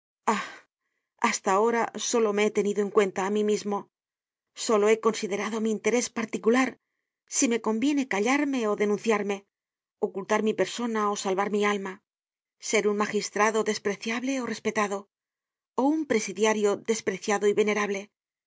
hasta ahora solo me he tenido en cuenta á mí mismo solo he considerado mi interés particular si me conviene callarme ó denunciarme ocultar mi persona ó salvar mi alma ser un magistrado despreciable y respetado ó un presidiario despreciado y venerable